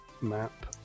map